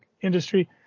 industry